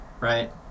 right